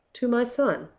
to my son.